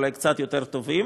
אולי קצת יותר טובים.